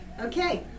Okay